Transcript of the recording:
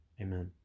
Amen